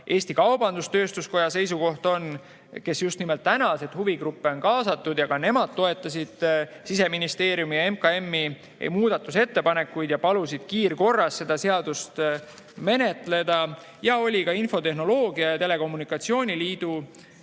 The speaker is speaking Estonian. Eesti Kaubandus-Tööstuskoja seisukoht oli see – nad just nimelt tänasid, et huvigruppe on kaasatud –, et ka nemad toetasid Siseministeeriumi ja MKM-i muudatusettepanekuid ja palusid kiirkorras seda seadust menetleda. Olid ka Eesti Infotehnoloogia ja Telekommunikatsiooni Liidu